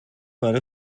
برا